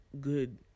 good